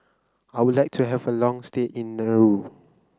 I would like to have a long stay in Nauru